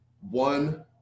one